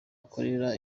akorera